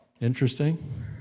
Interesting